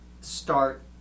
start